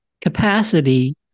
capacity